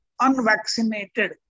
unvaccinated